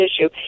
issue